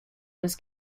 was